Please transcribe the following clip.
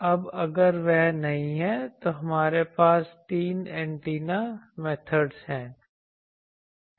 अब अगर वह नहीं है तो हमारे पास तीन एंटीना मेथडज़ हैं